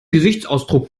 gesichtsausdruck